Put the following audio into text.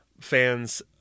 fans